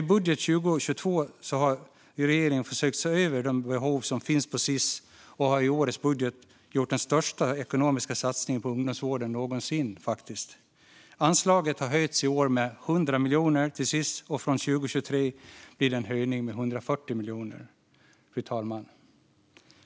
I budgeten för 2022 har regeringen försökt se över de behov som finns på Sis och faktiskt gjort den största ekonomiska satsningen på ungdomsvården någonsin. Anslaget till Sis har i år höjts med 100 miljoner, och från 2023 blir det en höjning med 140 miljoner. Fru talman!